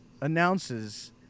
announces